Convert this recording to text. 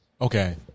okay